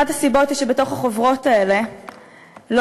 אחת הסיבות היא שבתוך החוברות האלה לא